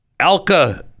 Alka